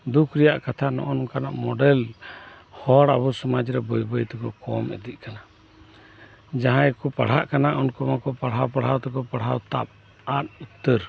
ᱫᱩᱠ ᱨᱮᱭᱟᱜ ᱠᱟᱛᱷᱟ ᱱᱚᱜᱚᱭ ᱱᱚᱝᱠᱟᱱᱟᱜ ᱢᱚᱰᱮᱞ ᱦᱚᱲ ᱟᱵᱩ ᱥᱚᱢᱟᱡᱽ ᱨᱮ ᱵᱟᱹᱭ ᱵᱟᱹᱭᱛᱮᱵᱩ ᱠᱚᱢ ᱤᱫᱤᱜ ᱠᱟᱱᱟ ᱡᱟᱦᱟᱸᱭ ᱠᱩ ᱯᱟᱲᱦᱟᱜ ᱠᱟᱱᱟ ᱩᱱᱠᱩ ᱢᱟᱠᱩ ᱯᱟᱲᱦᱟᱣ ᱯᱟᱲᱦᱟᱣ ᱛᱮᱠᱩ ᱯᱟᱲᱦᱟᱣ ᱛᱟᱯ ᱟᱫ ᱩᱛᱟᱹᱨ